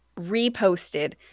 reposted